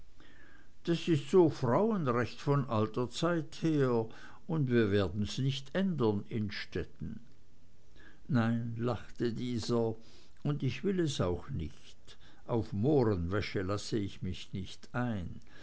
das ist so frauenrecht von alter zeit her und wir werden's nicht ändern innstetten nein lachte dieser und ich will es auch nicht auf mohrenwäsche lasse ich mich nicht ein